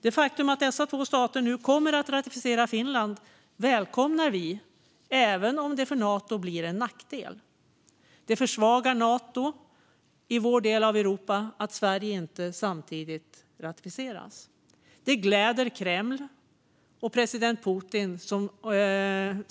Det faktum att dessa två stater kommer att ratificera Finlands ansökan välkomnar vi, även om det är till nackdel för Nato eftersom det försvagar Nato i vår del av Europa att Sveriges ansökan inte ratificeras samtidigt. Detta gläder Kreml och president Putin.